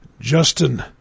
Justin